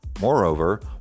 Moreover